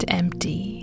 empty